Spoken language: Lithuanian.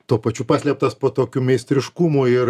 tuo pačiu paslėptas po tokio meistriškumu ir